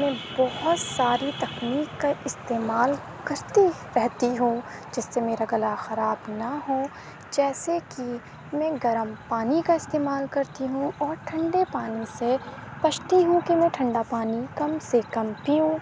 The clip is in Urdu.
میں بہت ساری تکنیک کا استعمال کرتی رہتی ہوں جس سے میرا گلا خراب نہ ہو جیسے کہ میں گرم پانی کا استعمال کرتی ہوں اور ٹھنڈے پانی سے بچتی ہوں کہ میں ٹھنڈا پانی کم سے کم پیوں